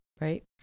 right